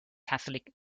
catholic